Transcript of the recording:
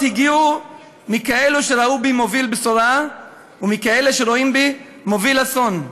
התפילות הגיעו מכאלה שראו בי מוביל בשורה ומכאלה שרואים בי מוביל אסון.